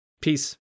Peace